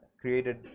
created